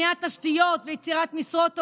בניית תשתיות ויצירת משרות טובות,